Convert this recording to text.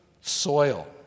soil